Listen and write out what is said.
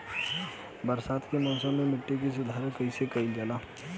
बरसात के मौसम में मिट्टी के सुधार कईसे कईल जाई?